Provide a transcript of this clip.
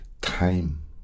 time